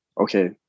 okay